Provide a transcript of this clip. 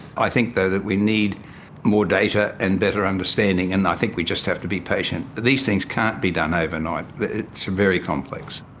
i think though that we need more data and better understanding and i think we just have to be patient. these things can't be done overnight. it's um very complex.